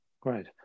Great